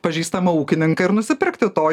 pažįstamą ūkininką ir nusipirkti to